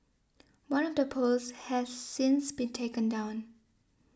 one of the posts has since been taken down